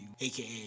Aka